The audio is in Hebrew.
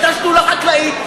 הייתה שדולה חקלאית,